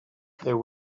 there